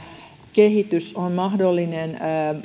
kehitys on mahdollinen